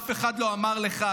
אף אחד לא אמר לך,